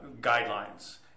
guidelines